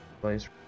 place